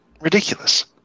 Ridiculous